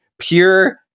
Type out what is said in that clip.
Pure